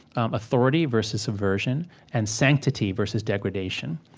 authority versus subversion and sanctity versus degradation.